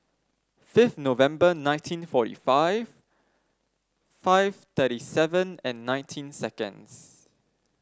fifth November nineteen forty five five thirty seven and nineteen seconds